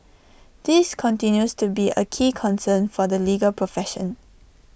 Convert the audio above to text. this continues to be A key concern for the legal profession